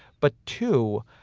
but two,